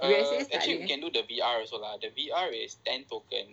eh actually